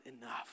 enough